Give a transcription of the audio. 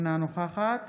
אינה נוכחת